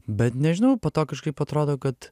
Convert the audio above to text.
bet nežinau po to kažkaip atrodo kad